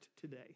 today